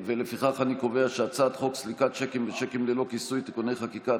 לפיכך אני קובע שהצעת חוק סליקת שיקים ושיקים ללא כיסוי (תיקוני חקיקה),